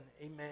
amen